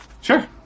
Sure